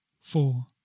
four